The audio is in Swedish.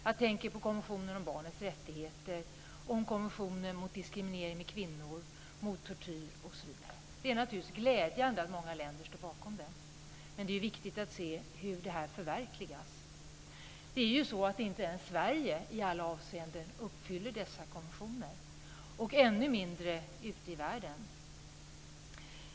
Jag tänker på konventionen om barnets rättigheter och på konventionen mot diskriminering av kvinnor och den mot tortyr, osv. Det är naturligtvis glädjande att många länder står bakom dem, men det är viktigt att se hur det förverkligas. Inte ens Sverige uppfyller i alla avseenden dessa konventioner. Ännu mindre gör man det ute i världen.